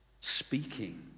speaking